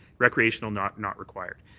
recreational not not required.